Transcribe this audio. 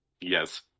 Yes